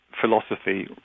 philosophy